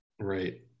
Right